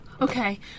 Okay